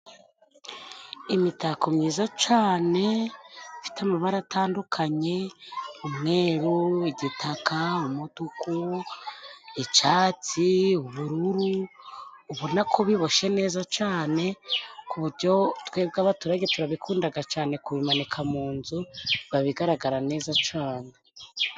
Imitako myiza cane ifite amabara atandukanye: Umweru, igitaka, umutuku, icatsi, ubururu, ubona ko biboshye neza cane, ku buryo twebwe abaturage turabikundaga cane kubimanika mu nzu baba bigaragara neza cane.